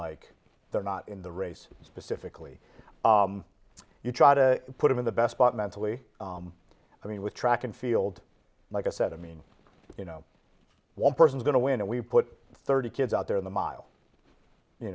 like they're not in the race specifically you try to put in the best but mentally i mean with track and field like i said i mean you know one person's going to win and we put thirty kids out there in the mile you